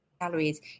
calories